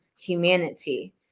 humanity